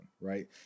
right